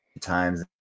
times